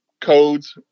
codes